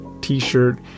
t-shirt